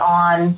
on